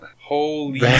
Holy